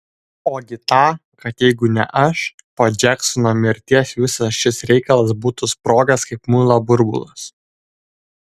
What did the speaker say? ogi tą kad jeigu ne aš po džeksono mirties visas šis reikalas būtų sprogęs kaip muilo burbulas